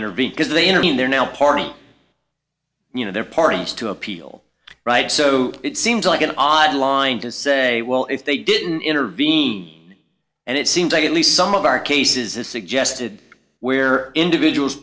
intervene because they intervened there now pardi you know there are parties to appeal right so it seems like an odd line to say well if they didn't intervene and it seems like at least some of our cases it suggested where individuals